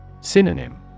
Synonym